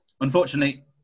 unfortunately